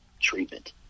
treatment